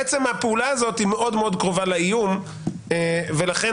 עצם הפעולה הזאת מאוד מאוד קרובה לאיום, ולכן